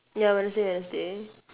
ya wednesday wednesday